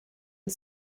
and